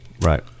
right